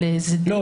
לא.